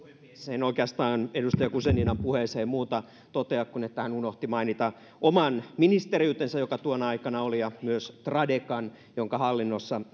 en oikeastaan edustaja guzeninan puheeseen muuta totea kuin että hän unohti mainita oman ministeriytensä joka tuona aikana oli ja myös tradekan jonka hallinnossa